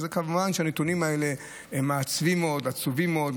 כמובן שהנתונים האלה עצובים מאוד,